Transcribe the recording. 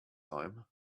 time